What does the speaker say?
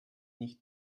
nicht